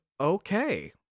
okay